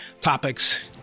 topics